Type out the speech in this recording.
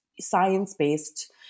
science-based